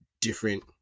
different